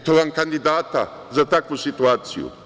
Eto vam kandidata za takvu situaciju.